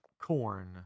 corn